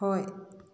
ꯍꯣꯏ